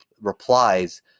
replies